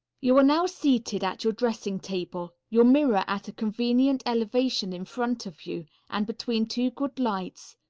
you are now seated at your dressing table, your mirror at a convenient elevation in front of you and between two good lights,